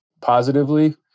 positively